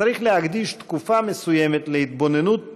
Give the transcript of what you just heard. צריך להקדיש תקופה מסוימת להתבוננות פנימה,